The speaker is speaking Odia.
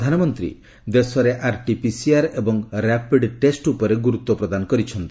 ପ୍ରଧାନମନ୍ତ୍ରୀ ଦେଶରେ ଆର୍ଟିପିସିଆର୍ ଏବଂ ର୍ୟାପିଡ୍ ଟେଷ୍ଟ ଉପରେ ଗୁରୁତ୍ୱ ପ୍ରଦାନ କରିଛନ୍ତି